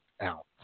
out